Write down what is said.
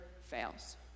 fails